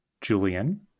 julian